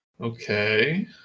Okay